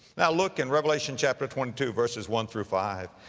now look in revelation chapter twenty two verses one through five,